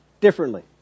differently